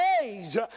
days